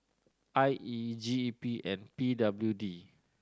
I E G E P and P W D